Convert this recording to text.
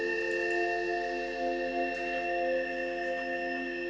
er